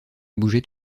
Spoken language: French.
bougeait